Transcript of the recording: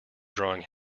drawing